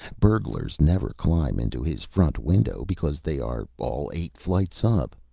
burglars never climb into his front window, because they are all eight flights up.